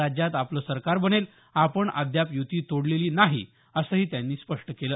राज्यात आपलं सरकार बनेल आपण अद्याप युती तोडलेली नाही असंही त्यांनी स्पष्ट केलं